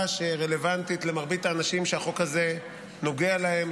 שרלוונטית למרבית האנשים שהחוק הזה נוגע להם,